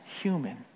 human